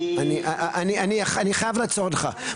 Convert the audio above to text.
אני חייב לעצור אותך.